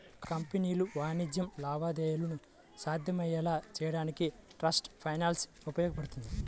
కంపెనీలు వాణిజ్య లావాదేవీలను సాధ్యమయ్యేలా చేయడానికి ట్రేడ్ ఫైనాన్స్ ఉపయోగపడుతుంది